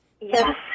Yes